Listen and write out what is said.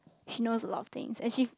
she knows a lot of things and she